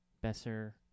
Besser